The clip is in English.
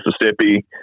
Mississippi